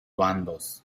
bandos